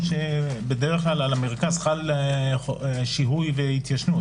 בדרך כלל על המרכז חל שיהוי והתיישנות.